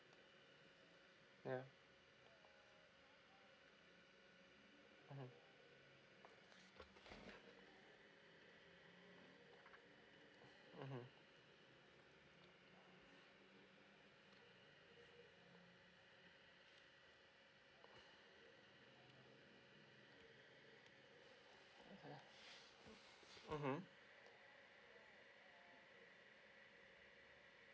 yeah mmhmm mmhmm mmhmm